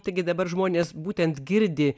taigi dabar žmonės būtent girdi